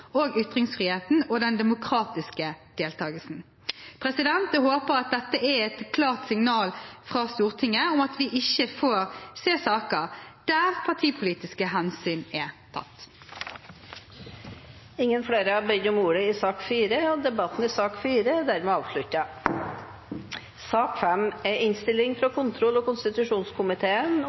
og ytringsfriheten og den demokratiske deltagelsen. Jeg håper dette er et klart signal fra Stortinget om at vi ikke får se saker der partipolitiske hensyn er tatt. Flere har ikke bedt om ordet til sak nr. 4. Etter ønske fra kontroll- og konstitusjonskomiteen vil presidenten ordne debatten